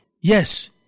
Yes